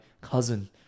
cousin